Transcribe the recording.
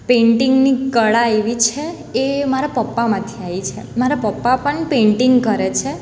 પેઇન્ટિંગની કળા એવી છે એ મારા પપ્પામાંથી આવી છે મારા પપ્પા પણ પેઇન્ટિંગ કરે છે